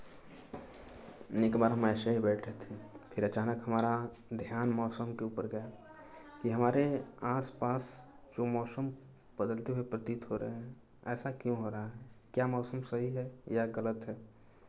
एक बार हम ऐसे ही बैठे थे फिर अचानक हमारा ध्यान मौसम के ऊपर गया कि हमारे आस पास जो मौसम बदलते हुए प्रतीत हो रए हैं ऐसा क्यों हो रहा है क्या मौसम सही है या गलत है